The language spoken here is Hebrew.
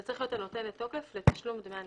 זה צריך להיות "הנותנת תוקף לתשלום דמי נסיעה".